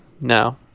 No